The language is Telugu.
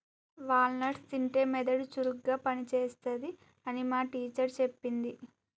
వాల్ నట్స్ తింటే మెదడు చురుకుగా పని చేస్తది అని మా టీచర్ చెప్పింది